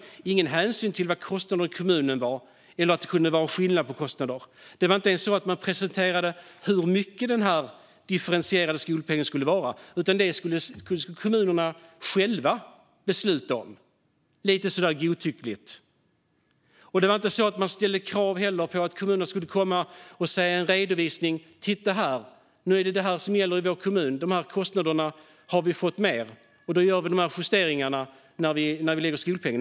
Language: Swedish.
Det var ingen hänsyn till vad kostnaderna i kommunen var eller till att det kunde vara skillnad i kostnaderna. Det var inte ens så att man presenterade hur stor den differentierade skolpengen skulle vara, utan det skulle kommunerna själva besluta om, lite godtyckligt. Man ställde inte heller krav på att kommunerna skulle komma och visa en redovisning: Titta här! Nu är det detta som gäller i vår kommun. De här merkostnaderna har vi fått, och då gör vi dessa justeringar i skolpengen.